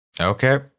Okay